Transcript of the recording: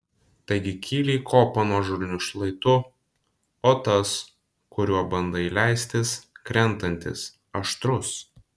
taigi kyli į kopą nuožulniu šlaitu o tas kuriuo bandai leistis krentantis aštrus